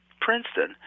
Princeton